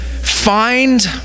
find